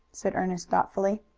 said ernest thoughtfully.